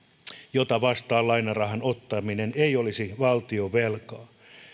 jota vastaan lainarahan ottaminen ei olisi valtionvelkaa